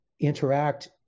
interact